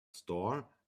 store